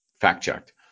fact-checked